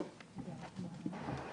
בבקשה.